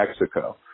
Mexico